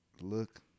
look